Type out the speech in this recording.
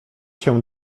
cię